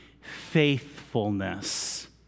faithfulness